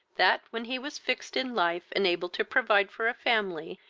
that, when he was fixed in life, and able to provide for a family,